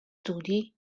studji